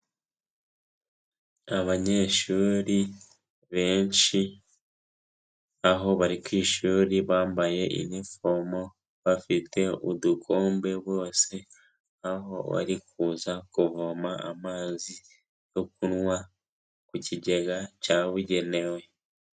Abanyeshuri benshi, aho bari ku ishuri bambaye inifomo, bafite udukombe bose, aho bari kuza kuvoma amazi yo kunywa, ku kigega cyabugenewe.